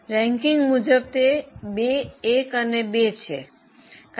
ranking મુજબ તે 2 1 અને 2 છે